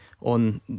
on